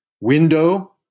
window